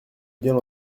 bien